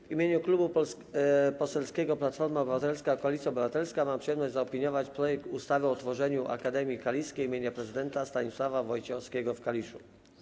W imieniu Klubu Parlamentarnego Platforma Obywatelska - Koalicja Obywatelska mam przyjemność zaopiniować projekt ustawy o utworzeniu Akademii Kaliskiej im. Prezydenta Stanisława Wojciechowskiego w Kaliszu.